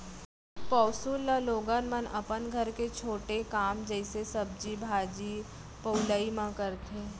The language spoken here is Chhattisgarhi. पौंसुल ल लोगन मन अपन घर के छोटे काम जइसे सब्जी भाजी पउलई म करथे